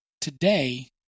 Today